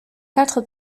quatre